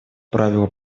правила